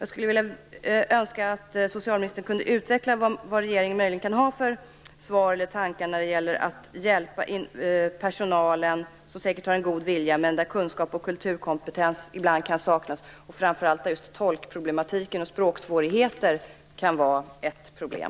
Jag skulle vilja att socialministern utvecklar regeringens svar på frågan och tankar om att hjälpa personalen. Det finns säkert en god vilja bland personalen, men ibland kanske kunskap och kulturkompetens saknas. Framför allt kan tolksituationen och språksvårigheterna innebära problem.